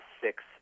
six